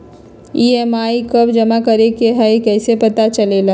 EMI कव जमा करेके हई कैसे पता चलेला?